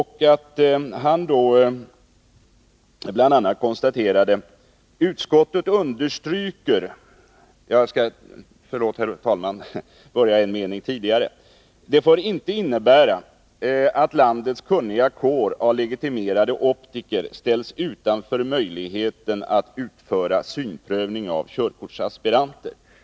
Han konstaterade bl.a. att det faktum att synprovet i fortsättningen kan göras på trafikskola inte får innebära att landets kunniga kår av legitimerade optiker ställs utanför möjligheten att utföra synprövning av körkortsaspiranter.